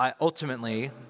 ultimately